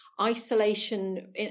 isolation